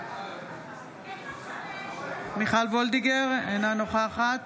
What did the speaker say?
מרים וולדיגר, אינה נוכחת